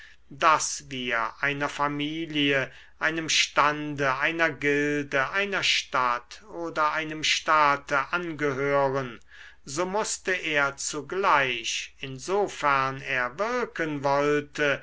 daß wir einer familie einem stande einer gilde einer stadt oder einem staate angehören so mußte er zugleich insofern er wirken wollte